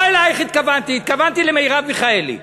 לא אלייך התכוונתי, התכוונתי למרב מיכאלי.